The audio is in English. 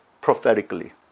prophetically